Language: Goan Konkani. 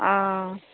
आं